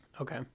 Okay